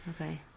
Okay